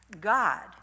God